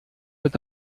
with